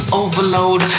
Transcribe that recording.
overload